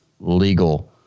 legal